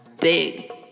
big